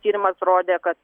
tyrimas rodė kad